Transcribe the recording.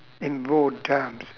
in broad terms